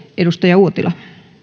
edustaja uotila